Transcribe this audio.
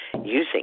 Using